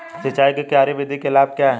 सिंचाई की क्यारी विधि के लाभ क्या हैं?